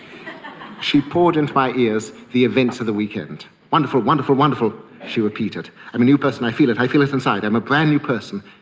she poured into my ears the events of the weekend wonderful, wonderful, wonderful! she repeated. i'm a new person, i feel it, i feel it inside, i'm a brand-new person.